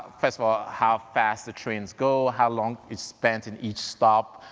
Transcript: first of all, how fast the trains go, how long is spent in each stop.